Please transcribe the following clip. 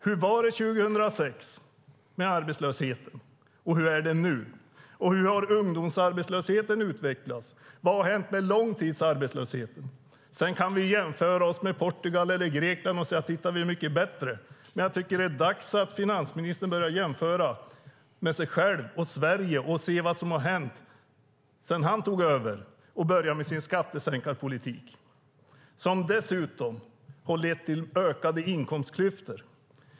Hur var det 2006 med arbetslösheten, och hur är det nu? Hur har ungdomsarbetslösheten utvecklats? Vad har hänt med långtidsarbetslösheten? Sedan kan vi jämföra oss med Portugal eller Grekland och säga att titta, vi är mycket bättre. Jag tycker att det är dags att finansministern börjar jämföra med sig själv och Sverige och se vad som har hänt sedan han tog över och började med sin skattesänkarpolitik, en politik som dessutom har lett till ökade inkomstklyftor.